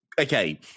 okay